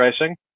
racing